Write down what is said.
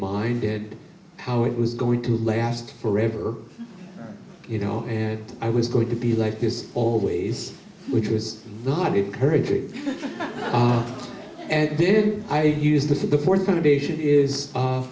mind did how it was going to last forever you know and i was going to be like this always which was not encouraging and then i used the